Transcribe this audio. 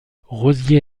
rosier